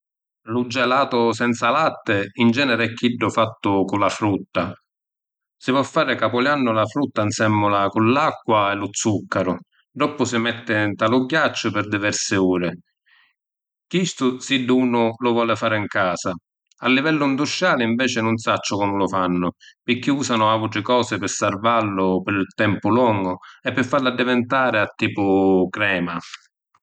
Lu gelatu senza latti in generi è chiddu fattu cu la frutta. Si po’ fari capuliànnu la frutta ‘nsemmula cu l’acqua e lu zuccaru. Ddoppu si metti nta lu ghiacciu pi diversi uri. Chistu siddu unu lu fari fari ‘n casa. A livellu ‘ndustriali inveci nun sacciu comu lu fannu, pirchì usanu autri cosi pi sarvallu pi tempu longu e pi fallu addivintari a tipu crema.